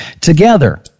together